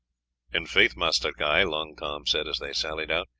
in faith, master guy, long tom said as they sallied out,